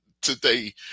today